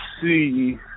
see